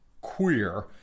queer